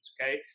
okay